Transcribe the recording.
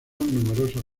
numerosos